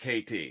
KT